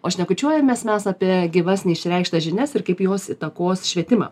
o šnekučiuojamės mes apie gyvas neišreikštas žinias ir kaip jos įtakos švietimą